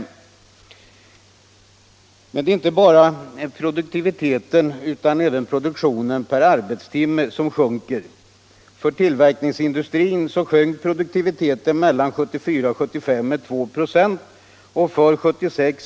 Men det är inte bara produktiviteten som sjunker, utan även produktionen per arbetstimme. För tillverkningsindustrin sjönk produktiviteten mellan 1974 och 1975 med 2 6.